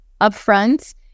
Upfront